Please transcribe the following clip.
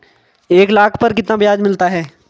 एक लाख पर कितना ब्याज मिलता है?